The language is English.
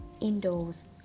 indoors